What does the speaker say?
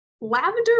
Lavender